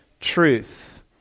truth